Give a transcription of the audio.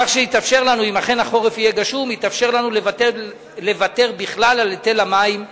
כך שאם החורף יהיה גשום יתאפשר לנו לוותר בכלל על היטל המים האמור.